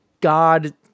God